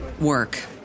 work